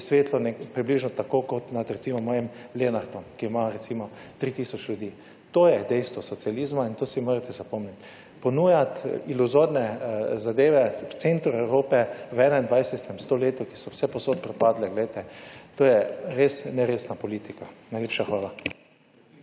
je svetlo približno tako kot nad recimo mojim Lenartom, ki ima recimo tri tisoč ljudi. To je dejstvo socializma in to si morate zapomniti. Ponujati iluzorne zadeve v centru Evrope v 21. stoletju, ki so vsepovsod propadle. Poglejte, to je res neresna politika. Najlepša hvala.